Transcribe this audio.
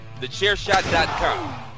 Thechairshot.com